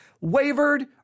wavered